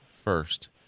first